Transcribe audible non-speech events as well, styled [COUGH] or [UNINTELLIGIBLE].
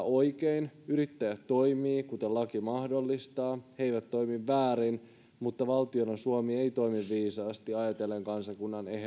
[UNINTELLIGIBLE] oikein yrittäjät toimivat kuten laki mahdollistaa he eivät toimi väärin mutta valtiona suomi ei toimi viisaasti ajatellen kansakunnan